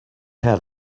had